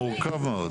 מורכב מאוד.